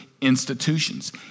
institutions